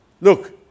look